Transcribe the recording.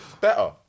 better